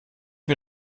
mir